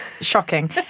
shocking